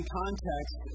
context